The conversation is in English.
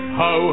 ho